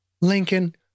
Lincoln